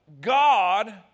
God